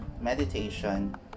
meditation